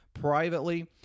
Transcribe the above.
Privately